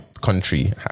country